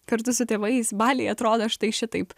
kartu su tėvais baliai atrodo štai šitaip